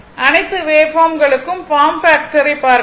அனைத்து வேவ்பார்ம்களுக்கும் form factor பார்க்கலாம்